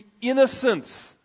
innocence